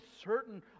certain